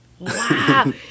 Wow